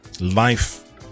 Life